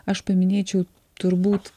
aš paminėčiau turbūt